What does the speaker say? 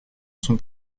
sont